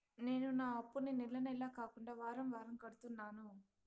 నేను నా అప్పుని నెల నెల కాకుండా వారం వారం కడుతున్నాను